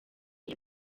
iya